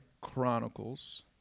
Chronicles